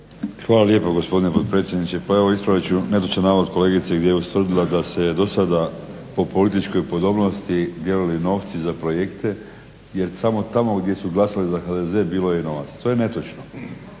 Hvala lijepo gospodine potpredsjedniče. Pa evo ispravit ću netočan navod kolegice gdje je ustvrdila da se je do sada po političkoj podobnosti dijelili novci za projekte, je samo tamo gdje su glasali za HDZ bilo je i novaca. To je netočno,